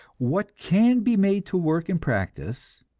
what can be made to work in practice,